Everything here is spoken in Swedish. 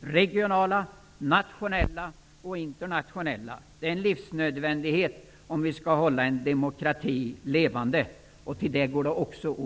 regionala, nationella och internationella beslut -- eller rättare sagt att vi åter kommer att kunna göra det. Det är en livsnödvändighet om vi skall hålla en demokrati levande. Likaså är det